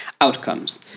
outcomes